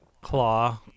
Claw